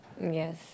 Yes